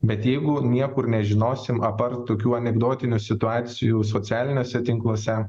bet jeigu niekur nežinosime apart tokių anekdotinių situacijų socialiniuose tinkluose